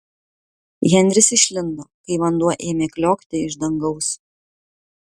henris išlindo kai vanduo ėmė kliokti iš dangaus